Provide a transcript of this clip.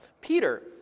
Peter